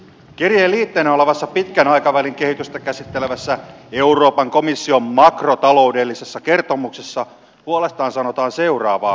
kirjeen liitteenä olevassa pitkän aikavälin kehitystä käsittelevässä euroopan komission makrotaloudellisessa kertomuksessa puolestaan sanotaan seuraavaa